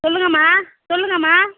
சொல்லுங்கம்மா சொல்லுங்கம்மா